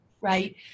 right